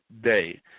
day